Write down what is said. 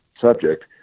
subject